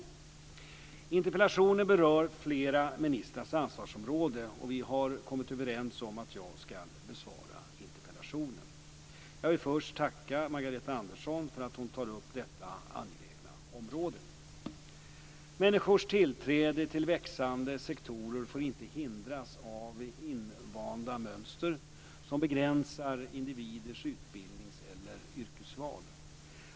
Interpellationen berör flera ministrars ansvarsområden. Vi har kommit överens om att jag ska besvara interpellationen. Jag vill först tacka Margareta Andersson för att hon tar upp detta angelägna område. Människors tillträde till växande sektorer får inte hindras av invanda mönster, som begränsar individers utbildnings eller yrkesval.